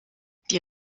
die